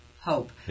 Hope